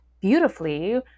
beautifully